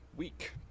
week